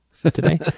Today